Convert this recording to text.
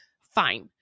Fine